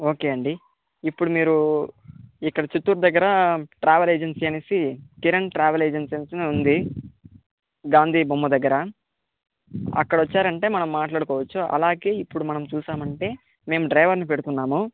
okay అండి ఇప్పుడు మీరు ఇక్కడ చిత్తూరు దగ్గర ట్రావెల్ ఏజెన్సీ అనేసి కిరణ్ ట్రావెల్ ఏజెన్సీస్ అని ఉంది గాంధీ బొమ్మ దగ్గర అక్కడ వచ్చారంటే మనం మాట్లాడుకోవచ్చు అలాగే ఇప్పుడు మనం చూశామంటే మేము డ్రైవర్ని పెడుతున్నాము